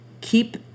keep